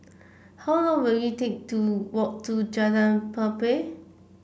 how long will it take to walk to Jalan Pelepah